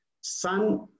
sun